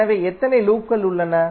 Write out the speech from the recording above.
எனவே எத்தனை லூப்கள் உள்ளன